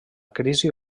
crisi